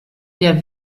der